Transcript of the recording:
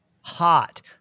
hot